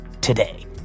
Today